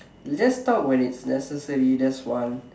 just talk when it's necessary that's one